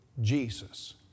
Jesus